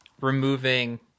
removing